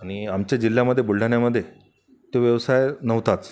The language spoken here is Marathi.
आणि आमच्या जिल्ह्यामध्ये बुलढाण्यामध्ये तो व्यवसाय नव्हताच